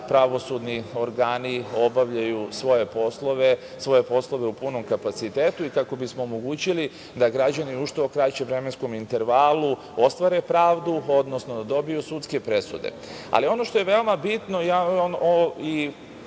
pravosudni organi obavljaju svoje poslove u punom kapacitetu i kako bismo omogućili da građani u što kraćem vremenskom intervalu ostvare pravdu, odnosno da dobiju sudske presude. Ali, ono što je veoma bitno,